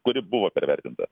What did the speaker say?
kuri buvo pervertinta